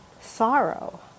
sorrow